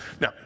Now